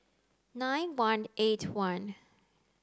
nine one eight one